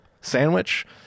sandwich